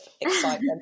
excitement